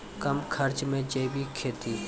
कम खर्च मे जैविक खेती?